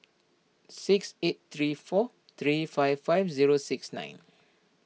six eight three four three five five zero six nine